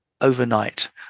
overnight